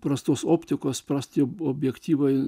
prastos optikos prasti buvo objektyvai